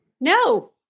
No